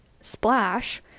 splash